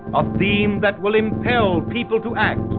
a theme that will impel people to act,